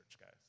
guys